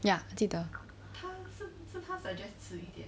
ya 记得